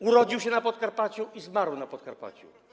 Urodził się na Podkarpaciu i zmarł na Podkarpaciu.